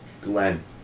Glenn